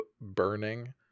burning